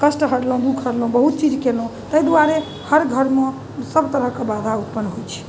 कष्ट हरलहुँ दुःख हरलहुँ बहुत चीज केलहुँ ताहि दुआरे हर घरमे सभतरहके बाधा उत्पन्न होइत छै